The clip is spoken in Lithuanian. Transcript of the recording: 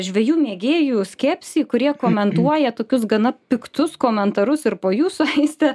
žvejų mėgėjų skepsį kurie komentuoja tokius gana piktus komentarus ir po jūsų aiste